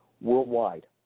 worldwide